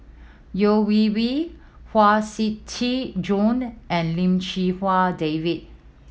Yeo Wei Wei Huang Shiqi Joan and Lim Chee Wai David